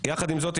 יחד עם זאת,